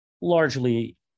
largely